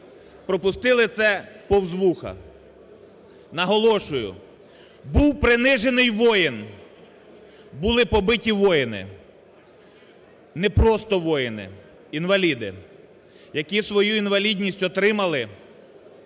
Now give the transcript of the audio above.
пропустили це повз вуха. Наголошую: був принижений воїн, були побиті воїни, не просто воїни, інваліди, які свою інвалідність отримали